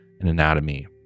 Anatomy